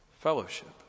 fellowship